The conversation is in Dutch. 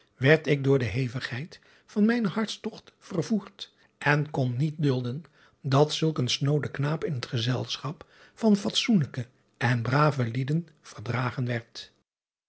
werd ik door de devigheid van mijnen hartstogt vervoerd en kon niet dulden dat zulk een snoode knaap in het gezelschap van fatsoenlijke en brave lieden verdragen werd